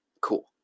Cool